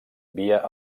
via